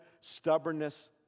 stubbornness